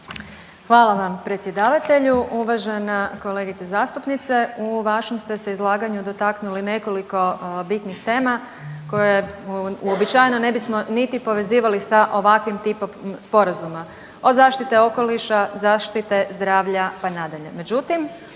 Hvala vam predsjedavatelju. Uvažena kolegice zastupnice u vašem ste se izlaganju dotaknuli nekoliko bitnih tema koje uobičajeno ne bismo niti povezivali sa ovakvim tipom sporazuma od zaštite okoliša, zaštite zdravlja pa nadalje.